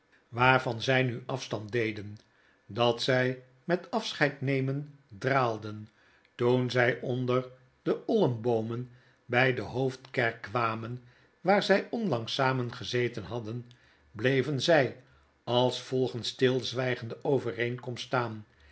waarvan zij nu afstand deden dat zij met afscheid nemen draalden toen zjj onder de olmboomen by de hoofdkerk kwamen waar zjj onlangs samen gezetenhadden bleven zy als volgens stilzwjjgende overeenkomst staan